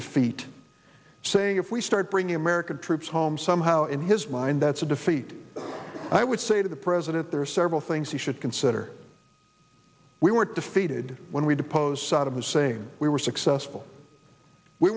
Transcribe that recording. defeat saying if we start bringing american troops home somehow in his mind that's a defeat i would say to the president there are several things he should consider we weren't defeated when we deposed saddam hussein we were successful we